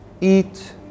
eat